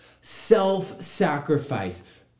self-sacrifice